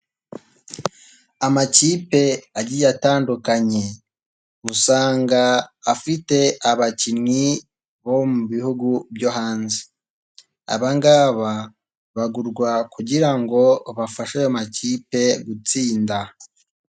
Amakipe agiye atandukanye usanga afite abakinnyi bo mu bihugu byo hanze, aba ngaba bagurwa kugira ngo bafashe amakipe gutsinda.